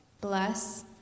bless